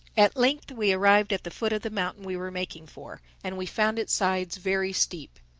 at length we arrived at the foot of the mountain we were making for and we found its sides very steep.